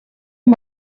amb